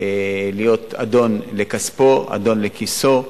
אדון לכספו, אדון לכיסו,